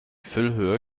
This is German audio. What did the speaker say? füllhöhe